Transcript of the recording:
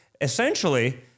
essentially